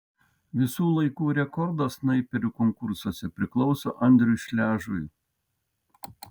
visų laikų rekordas snaiperių konkursuose priklauso andriui šležui